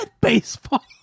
baseball